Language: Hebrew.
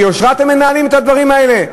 ביושרה אתם מנהלים את הדברים האלה?